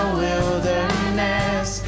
wilderness